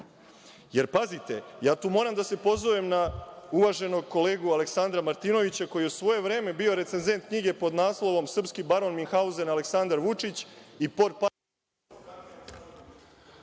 futurizmu? Pazite, ja tu moram da se pozovem na uvaženog kolegu Aleksandra Martinovića koji je u svoje vreme bio recezent knjige pod naslovom – Srpski baron Minhauzen Aleksandar Vučić i portparol…